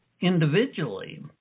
individually